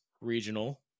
regional